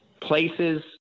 places